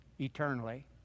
eternally